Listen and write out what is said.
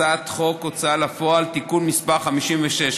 הצעת חוק ההוצאה לפועל (תיקון מס' 56),